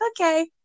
okay